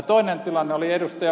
toinen oli ed